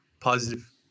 positive